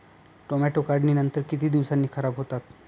Tomato काढणीनंतर किती दिवसांनी खराब होतात?